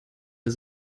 ist